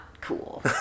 cool